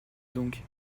donc